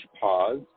pause